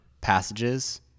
passages